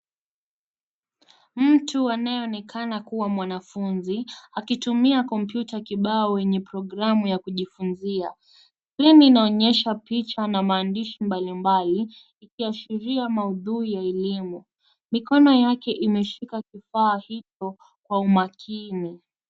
Mtu anayeonekana kuwa mwanafunzi akitumia kompyuta kibao yenye programmu ya kujifunzia. Hii inaonyesha picha na maandishi mbalimbali ikiashiria maudhui ya elimu. Mikono yake imeshika kifaa hicho kwa umakini.